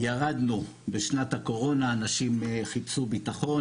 ירדנו בשנת הקורונה, אנשים חיפשו ביטחון.